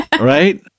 right